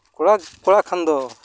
ᱠᱚᱲᱟ ᱠᱚᱲᱟ ᱠᱷᱟᱱ ᱫᱚ